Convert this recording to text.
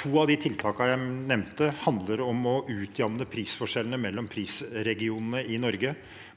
To av de tiltakene jeg nevnte, handler om å utjevne prisforskjellene mellom prisregionene i Norge,